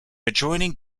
adjoining